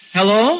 Hello